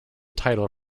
title